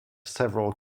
several